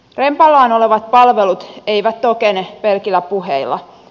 rempallaan olevat palvelut eivät tokene pelkillä puheilla